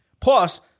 Plus